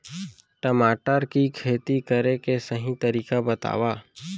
टमाटर की खेती करे के सही तरीका बतावा?